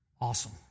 awesome